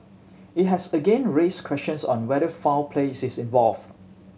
it has again raised questions on whether foul plays is involved